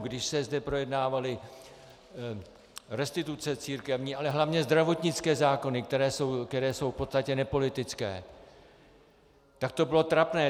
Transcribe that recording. Když se zde projednávaly restituce církevní, ale hlavně zdravotnické zákony, které jsou v podstatě nepolitické, tak to bylo trapné.